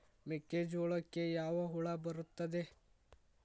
ಮೆಕ್ಕೆಜೋಳಕ್ಕೆ ಯಾವ ಹುಳ ಬರುತ್ತದೆ?